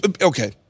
okay